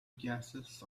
gases